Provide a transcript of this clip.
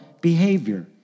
behavior